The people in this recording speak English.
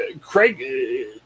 Craig